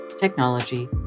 technology